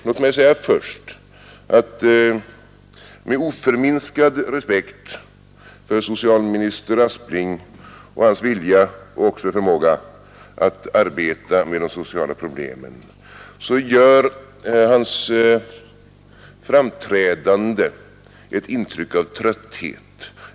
Låt mig först, med oförminskad respekt för socialminister Aspling och hans vilja och även förmåga att arbeta med de sociala problemen, säga att hans framträdande gör ett intryck av trötthet.